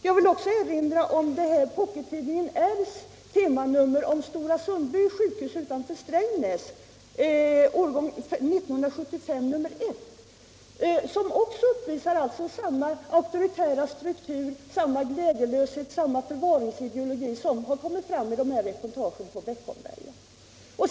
Jag vill också erinra om Pockettidningen R:s temanummer om Sundby sjukhus utanför Strängnäs — nr 1 år 1975. Det sjukhuset uppvisar samma auktoritära struktur, samma glädjelöshet, samma förvaringsideologi som har kommit fram i reportagen från Beckomberga.